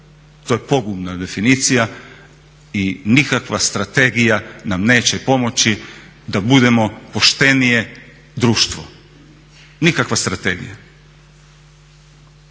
To je pogubna definicija i nikakva strategija nam neće pomoći da budemo poštenije društvo. Nikakva strategija.